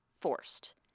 forced